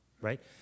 right